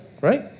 right